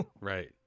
Right